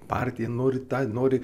partiją nori tą nori